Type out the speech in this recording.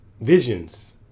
visions